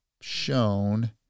shown